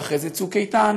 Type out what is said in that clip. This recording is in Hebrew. ואחרי זה צוק איתן,